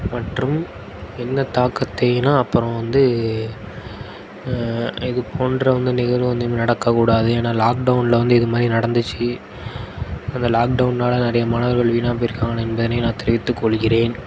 மற்றும் என்ன தாக்கத்தைன்னால் அப்புறோம் வந்து இது போன்ற வந்து நிகழ்வு வந்து இனிமேல் நடக்கக்கூடாது ஏனால் லாக்டவுனில் வந்து இது மாதிரி நடந்துச்சு இந்த லாக்டவுன்னால் நிறையா மாணவர்கள் வீணாக போயிருக்காங்க என்பதனை நான் தெரிவித்து கொள்கிறேன்